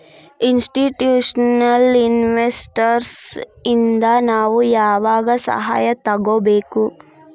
Institutional investors ಇಂದಾ ನಾವು ಯಾವಾಗ್ ಸಹಾಯಾ ತಗೊಬೇಕು?